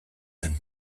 zen